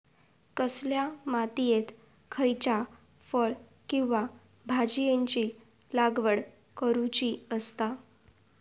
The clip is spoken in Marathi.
कसल्या मातीयेत खयच्या फळ किंवा भाजीयेंची लागवड करुची असता?